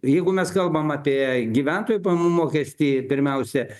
jeigu mes kalbam apie gyventojų pajamų mokestį pirmiausia